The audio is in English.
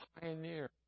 pioneer